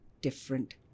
different